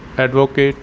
advocate